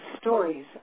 stories